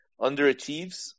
underachieves